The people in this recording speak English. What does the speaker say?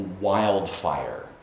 wildfire